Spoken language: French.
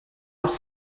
leurs